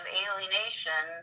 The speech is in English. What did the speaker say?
alienation